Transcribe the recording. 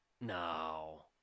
no